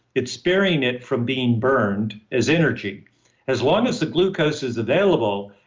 it's sparing it from being burned as energy as long as the glucose is available,